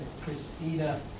Christina